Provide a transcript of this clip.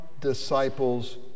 disciples